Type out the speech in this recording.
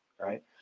right